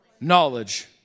knowledge